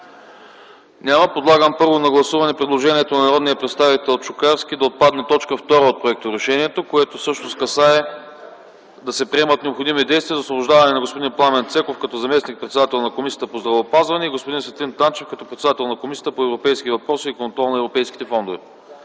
Първо подлагам на гласуване предложението на народния представител Чукарски да отпадне т. 2 от проекторешението, което всъщност касае да се приемат необходими действия за освобождаване на господин Пламен Цеков като заместник-председател на Комисията по здравеопазването и господин Светлин Танчев като председател на Комисията по европейските въпроси и контрол на европейските фондове.